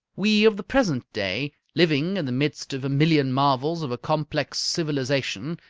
we of the present day, living in the midst of a million marvels of a complex civilization,